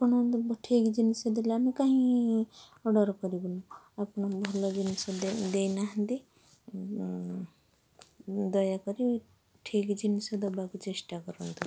ଆପଣ ଠିକ୍ ଜିନିଷ ଦେଲେ ଆମେ କାହିଁ ଅର୍ଡ଼ର କରିବୁନି ଆପଣ ଭଲ ଜିନିଷ ଦେଇ ନାହାଁନ୍ତି ଦୟାକରି ଠିକ୍ ଜିନିଷ ଦେବାକୁ ଚେଷ୍ଟା କରନ୍ତୁ